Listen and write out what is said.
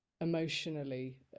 emotionally